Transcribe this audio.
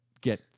get